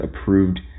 approved